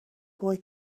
boy